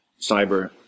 cyber